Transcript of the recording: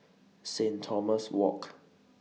Saint Thomas Walk